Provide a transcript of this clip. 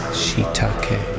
shiitake